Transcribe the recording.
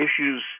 issues